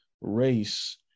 race